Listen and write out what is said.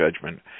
judgment